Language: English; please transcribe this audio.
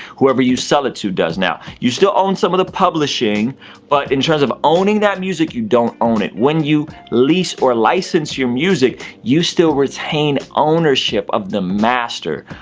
whoever you sell it to does now. you still own some of the publishing but in terms of owning that music, you don't own it. when you lease or license your music, you still retain ownership of the master.